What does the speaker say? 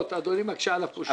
אדוני מקשה עליו קושיות.